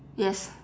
yes